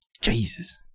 jesus